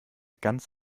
ganz